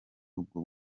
ubwo